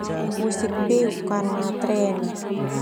Musik beuk karena trand ah.